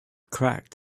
cracked